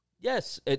Yes